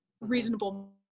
reasonable